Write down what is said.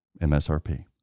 MSRP